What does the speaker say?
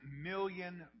million